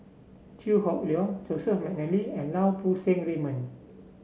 Chew Hock Leong Joseph McNally and Lau Poo Seng Raymond